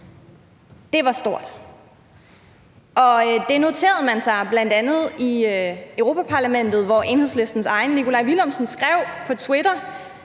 det var stort – og det noterede man sig bl.a. i Europa-Parlamentet, hvor Enhedslistens egen Nikolaj Villumsen skrev på Twitter,